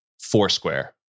Foursquare